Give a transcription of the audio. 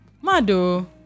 Mado